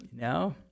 No